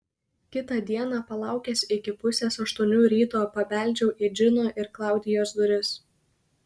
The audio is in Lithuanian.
kitą dieną palaukęs iki pusės aštuonių ryto pabeldžiau į džino ir klaudijos duris